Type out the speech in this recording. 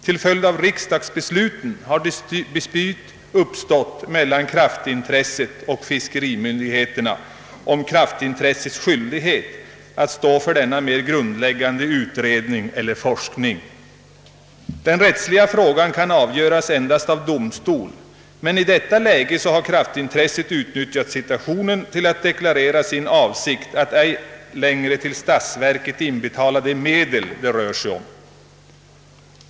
Till följd av riksdagsbesluten har dispyt uppstått mellan kraftintressenterna och fiskerimyndigheterna om kraftintressenternas skyldighet att stå för denna mer grundläggande utredning eller forskning. Den rättsliga tvisten kan endast avgöras av domstol. Mcn i detta läge har kraftintressenterna utnyttjat situationen till att deklarera sin avsikt att ej längre till statsverket inbetala de medel det rör sig om.